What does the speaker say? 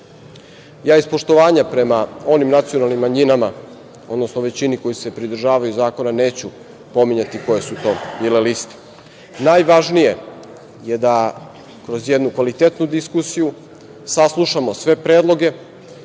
iz poštovanja prema onim nacionalnim manjinama odnosno većini koje se pridržavaju zakona neću pominjati koje su to bile liste. Najvažnije je da kroz jednu kvalitetnu diskusiju saslušamo sve predloge